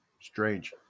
Strange